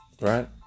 Right